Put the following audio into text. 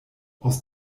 aus